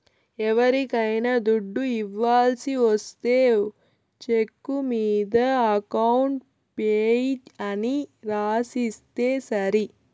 ఎవరికైనా దుడ్డు ఇవ్వాల్సి ఒస్తే చెక్కు మీద అకౌంట్ పేయీ అని రాసిస్తే సరి